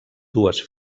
dues